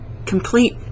complete